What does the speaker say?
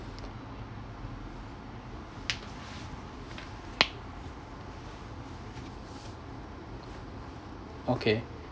okay